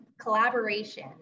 collaboration